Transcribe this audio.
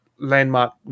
landmark